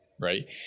right